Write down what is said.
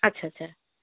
আচ্ছা আচ্ছা